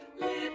little